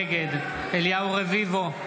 נגד אליהו רביבו,